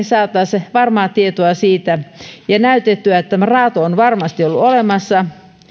saataisiin varmaa tietoa ja näytettyä että se raato on varmasti ollut olemassa